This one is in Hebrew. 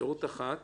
אפשרות אחת